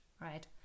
right